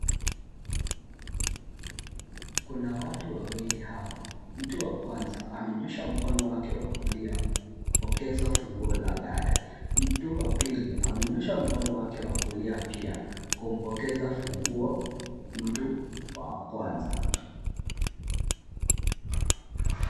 Kuna watu wawili hapa. Mtu wa kwanza amenyoosha wake wa kulia kupokeza funguo la gari. Mtu wa pili amenyoosha mkono wake wa kulia pia kumpokeza funguo mtu wa kwanza.